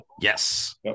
yes